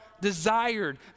desired